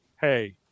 hey